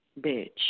bitch